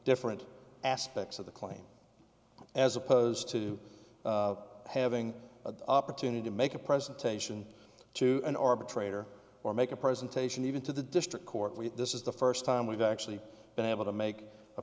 different aspects of the claim as opposed to having a opportunity to make a presentation to an arbitrator or make a presentation even to the district court we this is the first time we've actually been able to make a